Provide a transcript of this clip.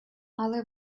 але